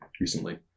recently